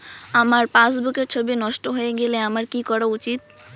আমার পাসবুকের ছবি নষ্ট হয়ে গেলে আমার কী করা উচিৎ?